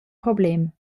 problem